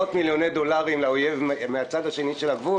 לאשר עשרות מיליוני דולרים לאויב מהצד השני של הגבול.